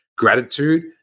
gratitude